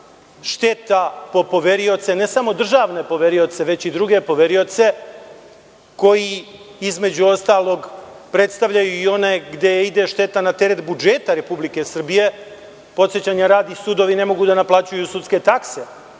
šteta po poverioce, ne samo državne poverioce, već i druge poverioce, koji između ostalog predstavljaju i one gde ide šteta na teret budžeta Republike Srbije. Podsećanja radi, sudovi ne mogu da naplaćuju sudske takse,